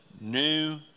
new